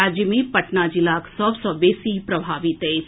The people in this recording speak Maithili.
राज्य मे पटना जिल सभ सऽ बेसी प्रभावित अछि